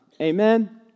amen